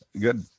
good